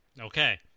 Okay